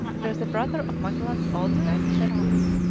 under the brother of magellan's old friend serrano.